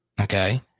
Okay